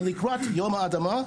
ולקראת יום האדמה,